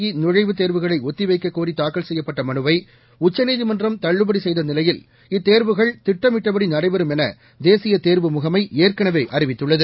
இ நழைவுத் தேர்வுகளை ஒத்திவைக்கக் கோரி தாக்கல் செய்யப்பட்ட மனுவை உச்சநீதிமன்றம் தள்ளுபடி செய்த நிலையில் இத்தேர்வுகள் திட்டமிட்டபடி நடைபெறும் என தேசிய தேர்வு முகமை ஏற்கனவே அறிவித்துள்ளது